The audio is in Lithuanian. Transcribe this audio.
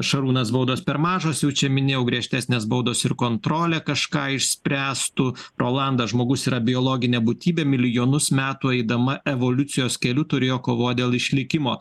šarūnas baudos per mažas jau čia minėjau griežtesnės baudos ir kontrolė kažką išspręstų rolandas žmogus yra biologinė būtybė milijonus metų eidama evoliucijos keliu turėjo kovot dėl išlikimo